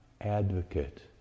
advocate